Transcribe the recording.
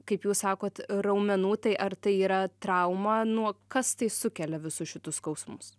kaip jūs sakot raumenų tai ar tai yra trauma nuo kas tai sukelia visus šitus skausmus